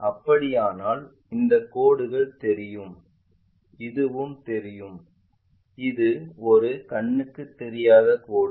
அப்படியானால் இந்த கோடுகள் தெரியும் இதுவும் தெரியும் இது ஒரு கண்ணுக்கு தெரியாத கோடு